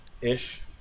ish